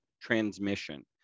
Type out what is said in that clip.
transmission